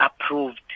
approved